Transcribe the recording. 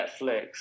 Netflix